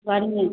गरमी